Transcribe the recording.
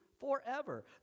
forever